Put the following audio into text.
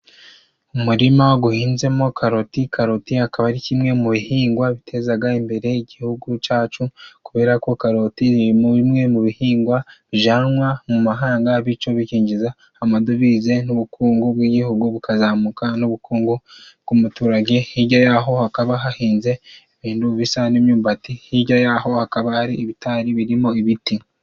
Umurima guhinzemo karoti. Karoti akaba ari kimwe mu bihingwa bitezaga imbere igihugu cyacu kubera ko karoti ari bimwe mu bihingwa bijanwa mu mahanga bityo bikinjiza amadovize n'ubukungu bw'igihugu bukazamuka n'ubukungu bw'umuturage. Hirya yaho hakaba hahinze ibintu bisa n'imyumbati, hirya yaho hakaba hari ibitari birimo ibiti.